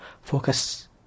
focus